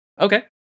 okay